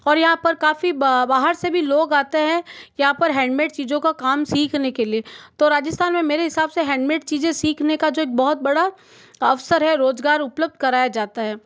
और यहाँ पर काफ़ी ब बाहर से भी लोग आते हैं यहाँ पर हैंडमेड चीज़ों का काम सीखने के लिए तो राजस्थान में मेरे हिसाब से हैंडमेड चीज़ें सीखने का जो एक बहुत बड़ा अवसर है रोज़गार उपलब्ध कराया जाता है